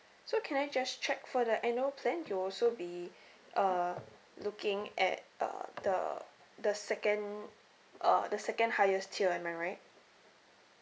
so can I just check for the annual plan you'll also be uh looking at uh the the second uh the second highest tier am I right